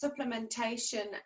supplementation